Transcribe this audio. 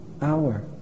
hour